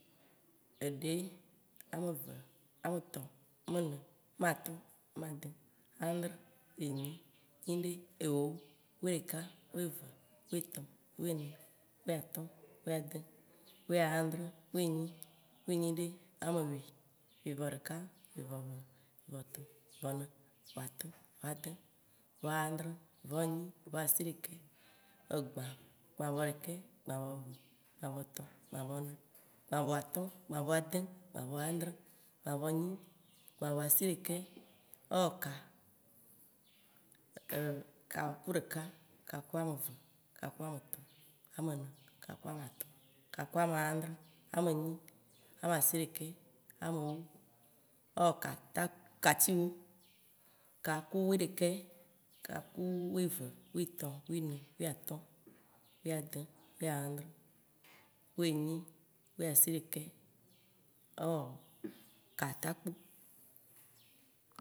Eɖe, eve, ametɔ̃, amene, amatɔ, amade, ãdrẽ, enyi, nyiɖe, ewo Wuiɖeka, wuieve, wuietɔ̃, wuiene, wuiatɔ̃, wuiade, wuiãdrẽ, wuienyi, wuinyiɖe, amewui Wui vɔ ɖeka, wuivɔ eve, wui vɔ etɔ̃, wui vɔ ene, wui vɔ atɔ̃, wui vɔ ade, wui vɔ ãdrẽ, wui vɔ enyi, wui vɔ asiɖeke, egba Gbã vɔ ɖeke, gbã vɔ eve, gbã vɔ etɔ̃, gbã vɔ ene, gbã vɔ atɔ̃, gbã vɔ ade, gbã vɔ ãdrẽ, gbã vɔ enyi, gbã vɔ asiɖeke, ewɔ ka Ka ku ɖeka, ka ku ame eve, ka ku ame etɔ̃, ka ku ame ene, ka ku ame atɔ̃, ka ku ame ade, ka ku ame ãdrẽ, ka ku ame enyi, ka ku ame asiɖeke, ewɔ Kati ewo Ka ku wuiɖeke, wuieve, wuietɔ̃, wuiene, wuiatɔ̃, wuiade, wuiãdrẽ, wuienyi, wuiasiɖeke, ewɔ katakpo.